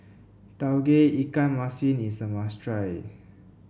Tauge Ikan Masin is a must try